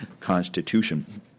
Constitution